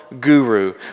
guru